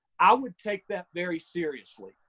i would take that very seriously.